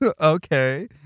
okay